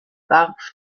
warf